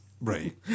Right